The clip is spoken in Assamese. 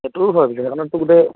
সেইটোও হয় পিছে